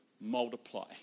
multiply